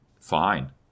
Fine